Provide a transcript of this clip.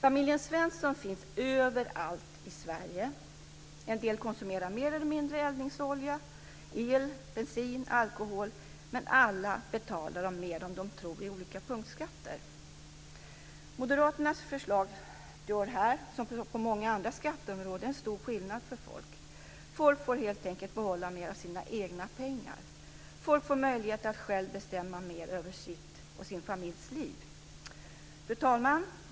Familjen Svensson finns överallt i Sverige. De konsumerar mer eller mindre eldningsolja, el, bensin, alkohol, men alla betalar de mer än de tror i olika punktskatter. Moderaternas förslag gör här - som på många andra skatteområden - stor skillnad för folk. Folk får helt enkelt behålla mer av sina egna pengar. De får möjlighet att själva bestämma mer över sitt och sin familjs liv. Fru talman!